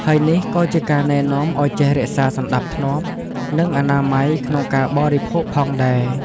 ហើយនេះក៏ជាការណែនាំឲ្យចេះ រក្សាសណ្តាប់ធ្នាប់ និងអនាម័យ ក្នុងការបរិភោគផងដែរ។